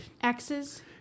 X's